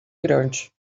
grande